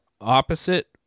opposite